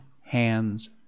hands